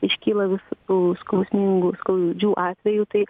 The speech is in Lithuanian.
iškyla visokių skausmingų skaudžių atvejų tai